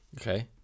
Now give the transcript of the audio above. okay